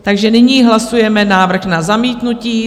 Takže nyní hlasujeme návrh na zamítnutí.